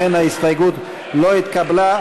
לכן ההסתייגות לא התקבלה.